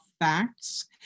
facts